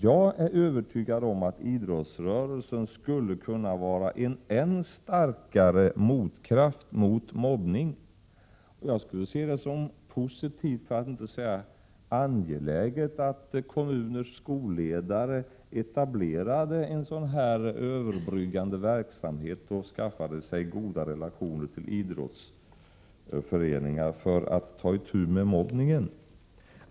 Jag är övertygad om att idrottsrörelsen skulle kunna vara en ännu starkare motkraft mot mobbning och jag skulle se det som positivt — för att inte säga angeläget — att kommuners skolledare etablerade en sådan här överbryggande verksamhet och skaffade sig goda relationer till idrottsföreningar för att på det sättet ta itu med mobbningen.